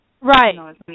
right